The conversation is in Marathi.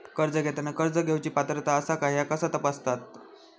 कर्ज घेताना कर्ज घेवची पात्रता आसा काय ह्या कसा तपासतात?